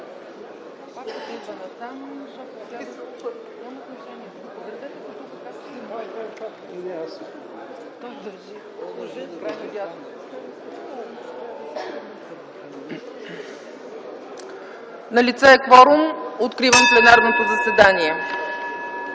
Налице е кворум, откривам пленарното заседание.